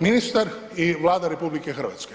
ministar i Vlada RH.